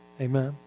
amen